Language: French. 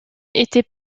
était